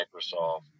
Microsoft